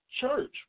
church